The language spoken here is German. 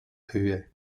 höhe